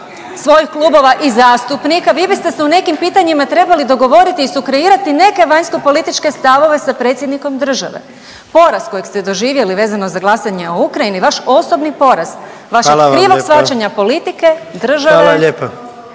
svojih klubova i zastupnika. Vi biste se u nekim pitanjima trebali dogovoriti i sukreirati neke vanjsko-političke stavove sa predsjednikom države. Porast kojeg ste doživjeli vezano za glasanje o Ukrajini vaš osobni poraz, vašeg krivog shvaćanja politike, … …/Upadica